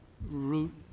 root